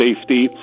safety